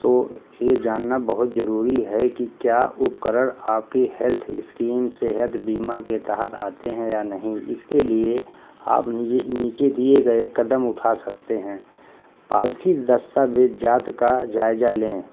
تو یہ جاننا بہت ضروری ہے کہ کیا اپکرن آپ کی ہیلتھ اسکیم صحت بیمہ کے تحت آتے ہیں یا نہیں اس کے لیے آپ نیچے دیے گئے قدم اٹھا سکتے ہیں پالسی دستاویزات کا جائزہ لیں